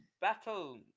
battle